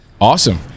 Awesome